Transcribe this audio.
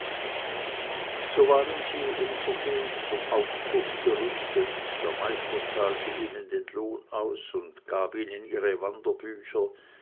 so waren sie unversehens zum aufbruch gerüstet der meister zahlte ihnen den lohn aus und gab ihnen ihre wanderbücher